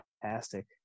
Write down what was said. fantastic